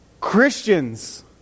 Christians